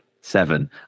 seven